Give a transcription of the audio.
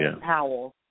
Powell